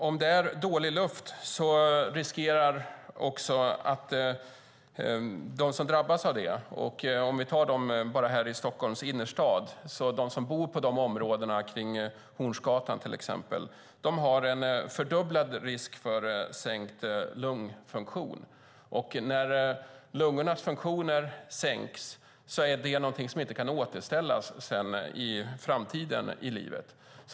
De som bor där luften är dålig riskerar att drabbas av olika saker. De som till exempel bor kring Hornsgatan i Stockholms innerstad har en fördubblad risk för sänkt lungfunktion. När lungornas funktioner sänks är det någonting som inte kan återställas i framtiden i livet.